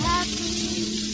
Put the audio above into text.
Happy